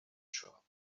shop